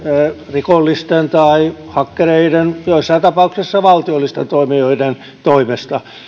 rikollisten tai hakkereiden joissain tapauksessa valtiollisten toimijoiden toimesta